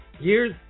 Years